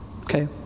Okay